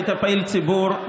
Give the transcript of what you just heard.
היית פעיל ציבור.